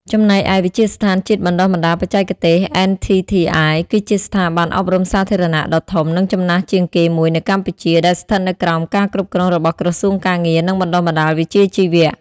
ចំណែកឯ វិទ្យាស្ថានជាតិបណ្ដុះបណ្ដាលបច្ចេកទេស (NTTI) គឺជាស្ថាប័នអប់រំសាធារណៈដ៏ធំ និងចំណាស់ជាងគេមួយនៅកម្ពុជា ដែលស្ថិតនៅក្រោមការគ្រប់គ្រងរបស់ ក្រសួងការងារ និងបណ្តុះបណ្តាលវិជ្ជាជីវៈ។